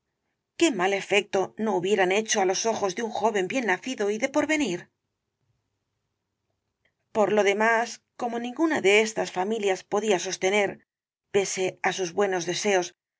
qué mal efecto no hubieran hecho á los ojos de un joven bien nacido y de porvenir por lo demás como ninguna dé estas familias podía sostenerpese á sus buenos deseos